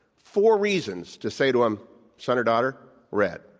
four reasons to say to him son or daughter, red.